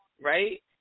right